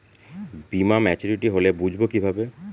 বীমা মাচুরিটি হলে বুঝবো কিভাবে?